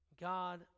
God